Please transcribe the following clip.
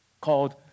called